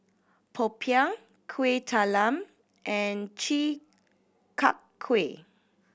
Popiah Kuih Talam and Chi Kak Kuih